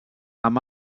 amb